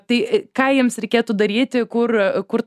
tai ką jiems reikėtų daryti kur kur